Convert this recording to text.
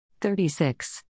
36